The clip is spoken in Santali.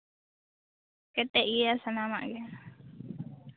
ᱠᱮᱴᱮᱡ ᱜᱮᱭᱟ ᱥᱟᱱᱟᱢᱟᱜ ᱜᱮ